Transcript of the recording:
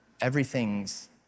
everything's